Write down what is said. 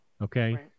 okay